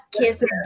kiss